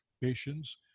patients